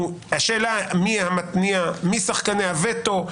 השאלה מי שחקני הווטו,